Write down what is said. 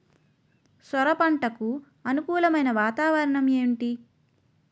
సొర పంటకు అనుకూలమైన వాతావరణం ఏంటి?